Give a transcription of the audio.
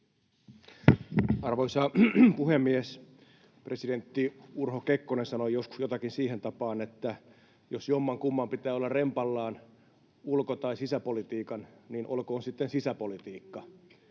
Arvoisa puhemies! Presidentti Urho Kekkonen sanoi joskus jotakin siihen tapaan, että jos jommankumman pitää olla rempallaan, ulko- tai sisäpolitiikan, niin olkoon se sitten sisäpolitiikka,